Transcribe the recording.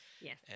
Yes